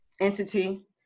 entity